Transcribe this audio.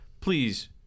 please